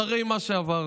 אחרי מה שעברנו.